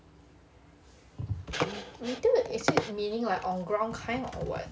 retail is it meaning on ground kind or what